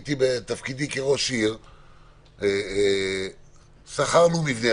בתפקידי כראש עיר שכרנו מבנה.